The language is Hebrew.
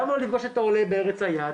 למה לא לפגוש את החולה בארץ היעד?